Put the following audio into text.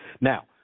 Now